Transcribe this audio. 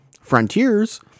Frontiers